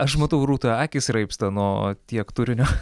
aš matau rūta akys raibsta nuo tiek turinio